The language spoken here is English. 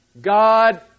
God